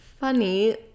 funny